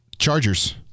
Chargers